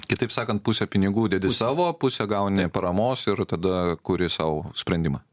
kitaip sakant pusę pinigų dedi savo pusę gauni paramos ir tada kuri sau sprendimą